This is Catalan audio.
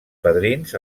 padrins